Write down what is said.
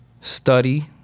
study